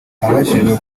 abajijwe